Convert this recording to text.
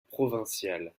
provinciales